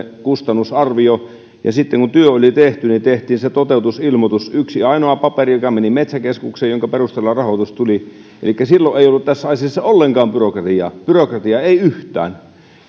kustannusarvio sitten kun työ oli tehty niin tehtiin se toteutusilmoitus yksi ainoa paperi joka meni metsäkeskukseen jonka perusteella rahoitus tuli elikkä silloin ei ollut tässä asiassa ollenkaan byrokratiaa byrokratiaa ei yhtään